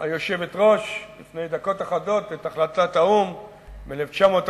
היושבת-ראש לפני דקות אחדות את החלטת האו"ם מ-1947.